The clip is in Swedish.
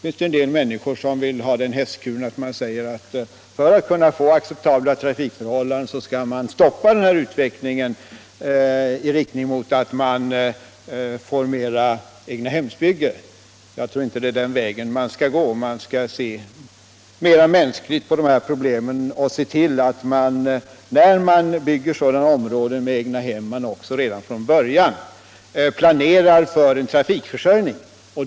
En del människor vill tillgripa den hästkuren att vi för att få acceptabla trafikförhållanden skall stoppa utvecklingen i riktning mot mera egnahemsbyggande. Jag tror inte att det är den vägen vi skall gå, vi skall se mänskligare på dessa problem och se till det när områden med egnahem byggs, redan från början planeras för en trafikförsörjning.